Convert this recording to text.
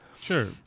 Sure